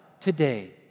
today